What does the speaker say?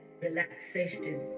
relaxation